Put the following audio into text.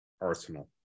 arsenal